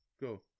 Go